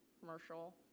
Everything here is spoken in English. commercial